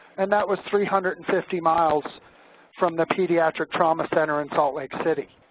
and that was three hundred and fifty miles from the pediatric trauma center in salt lake city.